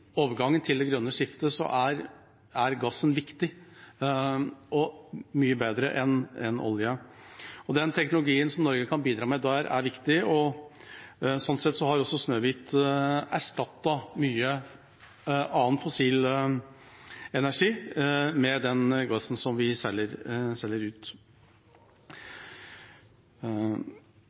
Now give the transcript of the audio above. overgangen til det grønne skiftet er gassen viktig – og mye bedre enn olje. Teknologien Norge kan bidra med der, er viktig. Sånn sett har også Snøhvit erstattet mye annen fossil energi med den gassen vi selger ut.